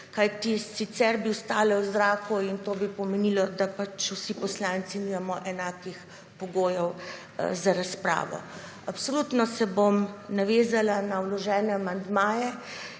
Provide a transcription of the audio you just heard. kajti sicer bi ostale v zraku in to bi pomenilo, da pač vsi poslanci nimamo enakih pogojev za razpravo. Absolutno se bom navezala na vložene amandmaje,